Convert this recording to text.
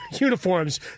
uniforms